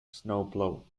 snowplow